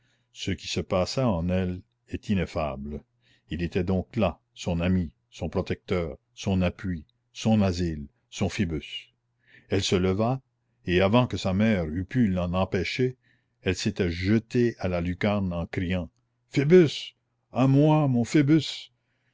ce qui se passa en elle est ineffable il était donc là son ami son protecteur son appui son asile son phoebus elle se leva et avant que sa mère eût pu l'en empêcher elle s'était jetée à la lucarne en criant phoebus à moi mon